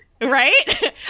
Right